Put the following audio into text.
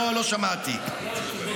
לא שמעתי.